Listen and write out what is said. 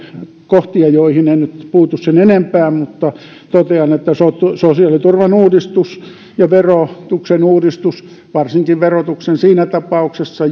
kohtia joihin en nyt puutu sen enempää mutta totean että sosiaaliturvan uudistus ja verotuksen uudistus varsinkin verotuksen siinä tapauksessa